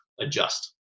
adjust